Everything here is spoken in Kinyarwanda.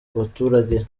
baturage